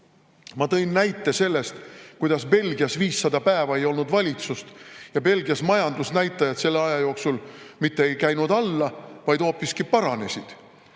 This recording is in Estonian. ma tõin näite selle kohta, kuidas Belgias 500 päeva ei olnud valitsust ja majandusnäitajad selle aja jooksul mitte ei käinud alla, vaid hoopiski paranesid.